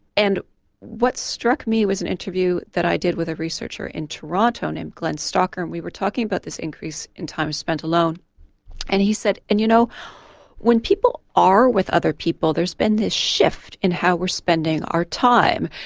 and what struck me was an interview i did with a researcher in toronto named glen stocker and we were talking about this increase in time spent alone and he said and you know when people are with other people there's been this shift in how we're spending our time.